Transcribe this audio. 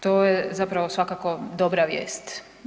To je zapravo svakako dobra vijest.